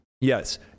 Yes